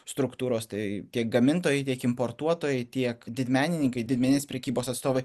struktūros tai kiek gamintojai tiek importuotojai tiek didmenininkai didmeninės prekybos atstovai